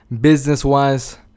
business-wise